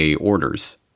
orders